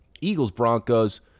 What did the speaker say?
Eagles-Broncos